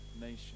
nation